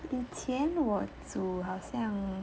以前我煮好像